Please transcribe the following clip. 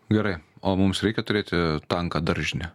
gerai o mums reikia turėti tanką daržinę